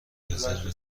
رزرو